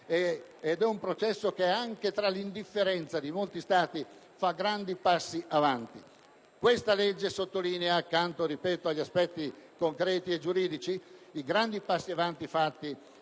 ed è un processo che, anche tra l'indifferenza di molti Stati, fa grandi passi avanti. Questa legge sottolinea, accanto agli aspetti concreti e giuridici, i grandi passi in avanti